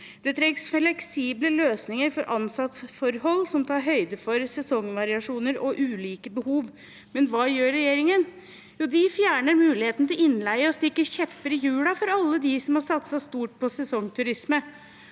Det trengs fleksible løsninger med tanke på ansettelsesforhold som tar høyde for sesongvariasjoner og ulike behov. Men hva gjør regjeringen? Den fjerner muligheten til innleie og stikker kjepper i hjulene for alle dem som har satset stort på sesongturisme.